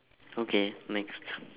okay next